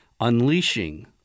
unleashing